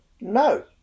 No